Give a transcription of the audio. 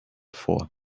vor